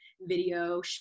video